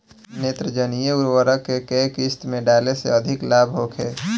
नेत्रजनीय उर्वरक के केय किस्त में डाले से अधिक लाभ होखे?